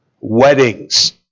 Weddings